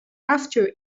after